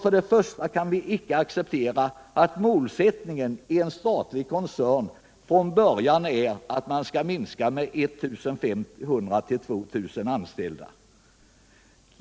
Vi kan först och främst inte acceptera att målsättningen i en statlig koncern redan från början är en minskning med mellan 1 500 och 2 000 anställda.